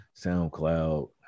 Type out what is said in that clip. SoundCloud